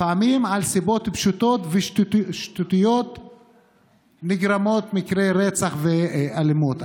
לפעמים מסיבות פשוטות ושטותיות נגרמים מקרי רצח ואלימות.